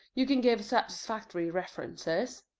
you can give satisfactory references?